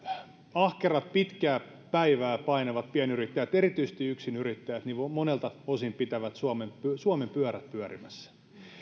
ahkerat pitkää päivää painavat pienyrittäjät erityisesti yksinyrittäjät monelta osin pitävät suomen suomen pyörät pyörimässä